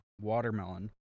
watermelon